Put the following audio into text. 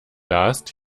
last